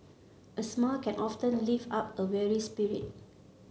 a smile can often lift up a weary spirit